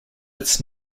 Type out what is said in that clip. its